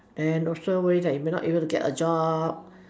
then also worry that you may not able to get a job